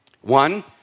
One